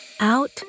out